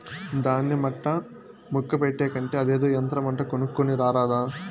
దాన్య మట్టా ముక్క పెట్టే కంటే అదేదో యంత్రమంట కొనుక్కోని రారాదా